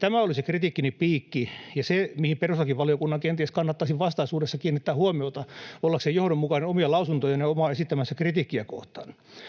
Tämä oli siis se kritiikkini piikki ja se, mihin perustuslakivaliokunnan kenties kannattaisi vastaisuudessa kiinnittää huomiota ollakseen johdonmukainen omia lausuntojaan ja esittämäänsä kritiikkiä kohtaan.